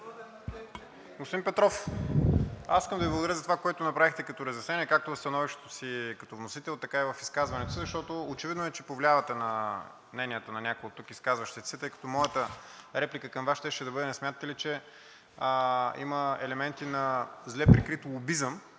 Господин Петров, аз искам да Ви благодаря за това, което направихте като разяснение, както в становището си като вносител, така и в изказването си, защото очевидно е, че повлиявате на мнението на някои оттук изказващите се, тъй като моята реплика към Вас щеше да бъде: не смятате ли, че има елементи на зле прикрит лобизъм